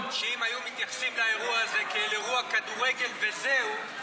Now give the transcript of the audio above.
אתה יודע שאם היו מתייחסים לאירוע הזה כאל אירוע כדורגל וזהו,